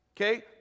Okay